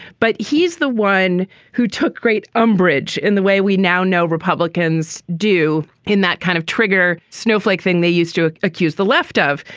but he's the one who took great umbrage in the way we now know republicans do in that kind of trigger snowflake thing they used to accuse the left of.